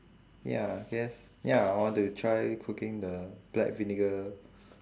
ya yes ya I want to try cooking the black vinegar